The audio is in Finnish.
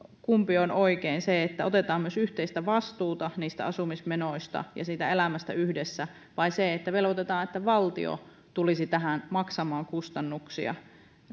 kumpi periaate on oikein se että otetaan myös yhteistä vastuuta niistä asumismenoista ja siitä elämästä yhdessä vai se että velvoitetaan että valtio tulisi tähän maksamaan kustannuksia